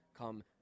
come